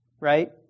right